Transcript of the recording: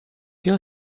your